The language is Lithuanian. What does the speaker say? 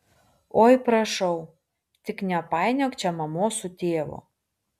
oi prašau tik nepainiok čia mamos su tėvu